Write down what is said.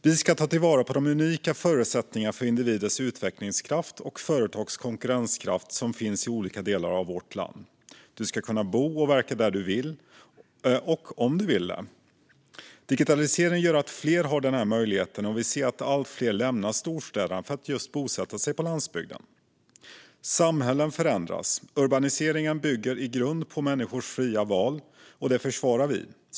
Vi ska ta vara på de unika förutsättningar för individers utvecklingskraft och företags konkurrenskraft som finns i olika delar av vårt land. Du ska kunna bo och verka där du vill. Digitaliseringen gör att fler har denna möjlighet, och vi ser att allt fler lämnar storstäderna för att bosätta sig på landsbygden. Samhällen förändras. Urbaniseringen bygger i grunden på människors fria val, och det försvarar vi.